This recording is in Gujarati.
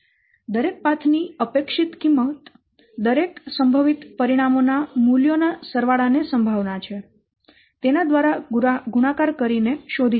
તેથી દરેક પાથ ની અપેક્ષિત કિંમત દરેક સંભવિત પરિણામોના મૂલ્યોના સરવાળા ને સંભાવના છે તેના દ્વારા ગુણાકાર કરી શોધી શકાય છે